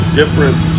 different